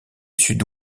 sud